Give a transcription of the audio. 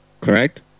Correct